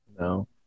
No